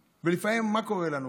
לפעמים, מה קורה לנו?